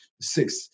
six